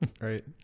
right